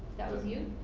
that was you?